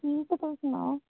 ठीक ऐ तोस सनाओ